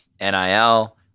NIL